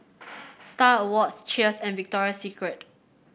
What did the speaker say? Star Awards Cheers and Victoria Secret